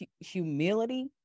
humility